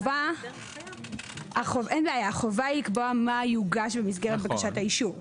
החובה היא לקבוע מה יוגש במסגרת בקשת האישור.